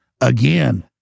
again